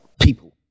people